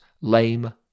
lame